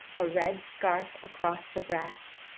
a red scarf across the breast,